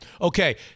Okay